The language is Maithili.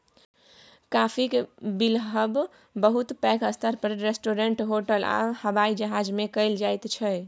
काफीक बिलहब बहुत पैघ स्तर पर रेस्टोरेंट, होटल आ हबाइ जहाज मे कएल जाइत छै